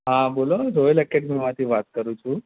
હા બોલો રોયલ એકેડમીમાંથી વાત કરું છું